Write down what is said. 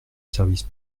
service